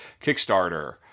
Kickstarter